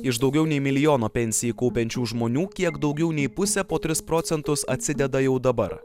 iš daugiau nei milijono pensijai kaupiančių žmonių kiek daugiau nei pusė po tris procentus atsideda jau dabar